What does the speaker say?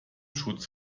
schutz